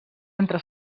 entre